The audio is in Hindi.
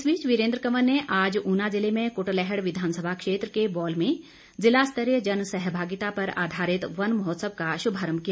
इस बीच वीरेन्द्र कवर ने आज ऊना ज़िले में कुटलैहड़ विधानसभा क्षेत्र के बौल में ज़िला स्तरीय जन सहभागिता पर आधारित वन महोत्सव का शुभारंभ किया